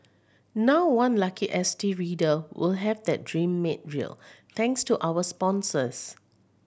now one lucky S T reader will have that dream made real thanks to our sponsors